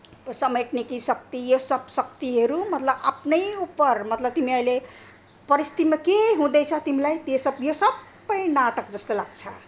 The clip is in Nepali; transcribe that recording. समेट्नेकी शक्ति यो सब शक्तिहरू मतलब आफ्नै उपर मतलब तिमी अहिले परिस्थितिमा के हुँदैछ तिमीलाई त्यो सब यो सबै नाटक जस्तो लाग्छ